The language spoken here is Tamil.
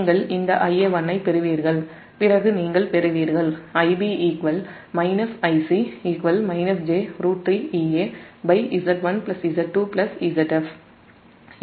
நீங்கள் இந்த Ia1 பெறுவீர்கள் பிறகு இது சமன்பாடு 28